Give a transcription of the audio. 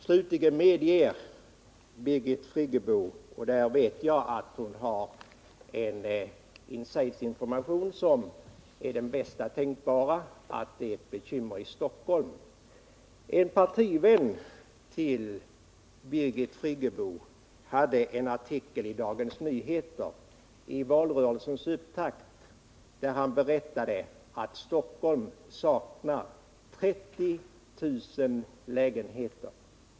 Slutligen medger Birgit Friggebo — och där vet jag att hon har en ”inside u information” som är den bästa tänkbara — att det är bekymmer i Stockholm. En partivän till Birgit Friggebo hade en artikel i Dagens Nyheter i valrörelsens upptakt i vilken han berättade att Stockholm saknar 30 000 lägenheter.